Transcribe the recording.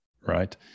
right